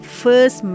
first